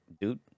dude